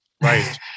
Right